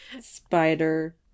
Spider